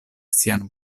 sian